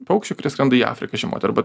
paukščiai kurie skrenda į afriką žiemoti arba